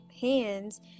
hands